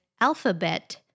alphabet